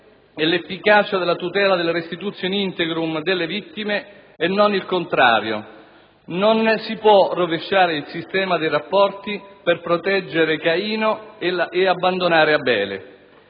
e l'efficace tutela della *restitutio in integrum* alle vittime e non il contrario. Non si può rovesciare il sistema dei rapporti per proteggere Caino ed abbandonare Abele.